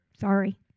Sorry